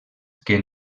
que